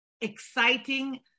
exciting